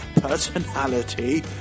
personality